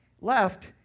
left